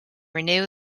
renew